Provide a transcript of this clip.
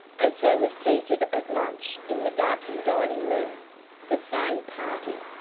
as they were seated at lunch in the darkened dining-room the same party,